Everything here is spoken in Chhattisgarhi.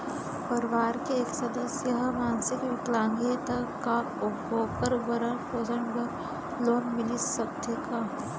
परवार के एक सदस्य हा मानसिक विकलांग हे त का वोकर भरण पोषण बर लोन मिलिस सकथे का?